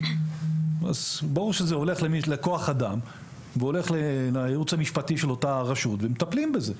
ברור שזה הולך לכוח אדם ולייעוץ המשפטי של אותה רשות ומטפלים בזה.